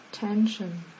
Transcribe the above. tension